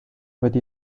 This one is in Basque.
beti